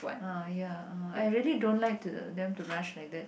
ah ya ah I really don't like th~ them to rush like that